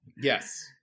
Yes